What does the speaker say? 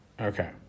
Okay